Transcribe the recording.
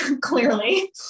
clearly